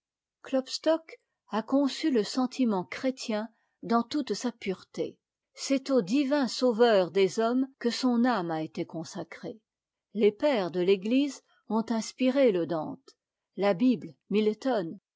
klopstock a conçu le sentiment chrétien dans toute sa pureté c'est au divin sauveur des hommes que son âme a été consacrée les pères de l'église ont inspiré le dante la bible milton